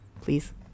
Please